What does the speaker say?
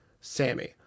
Sammy